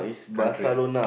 country